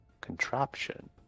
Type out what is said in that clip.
contraption